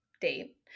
date